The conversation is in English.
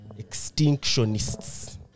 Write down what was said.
extinctionists